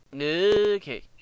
Okay